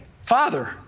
Father